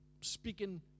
speaking